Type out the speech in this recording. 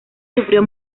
sufrió